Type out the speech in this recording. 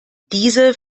diese